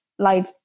life